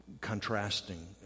contrasting